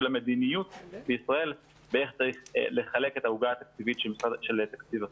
המדיניות של ישראל באיך צריך לחלק את העוגה התקציבית של תקציב החינוך.